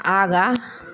आगाँ